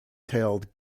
tailed